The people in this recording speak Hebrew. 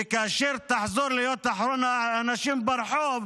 וכאשר תחזור להיות אחרון האנשים ברחוב,